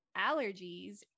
allergies